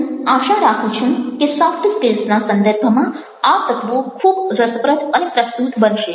હું આશા રાખું છું કે સોફ્ટ સ્કિલસના સંદર્ભમાં આ તત્વો ખૂબ રસપ્રદ અને પ્રસ્તુત બનશે